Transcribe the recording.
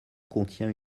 contient